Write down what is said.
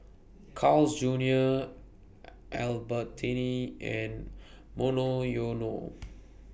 Carl's Junior Albertini and Monoyono